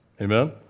Amen